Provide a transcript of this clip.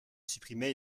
supprimer